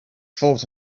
thought